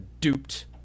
duped